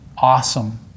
awesome